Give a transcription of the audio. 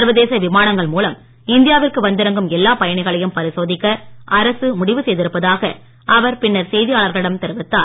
சர்வதேச விமானங்கள் மூலம் இந்தியாவிற்கு வந்திறங்கும் எல்லா பயணிகளையும் பரிசோதிக்க அரசு முடிவு செய்திருப்பதாக அவர் பின்னர் செய்தியாளர்களிடம் தெரிவித்தார்